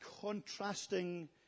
contrasting